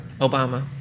Obama